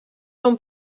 són